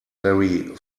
very